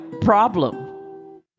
problem